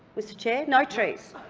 mr chair, no trees,